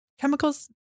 chemicals